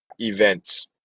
events